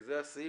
זה הסעיף.